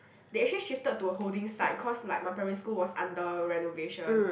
they actually shifted to a holding site cause like my primary school was under renovation